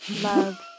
Love